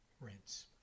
rents